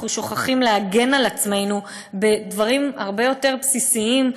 אנחנו שוכחים להגן על עצמנו בדברים הרבה יותר בסיסיים,